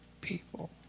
people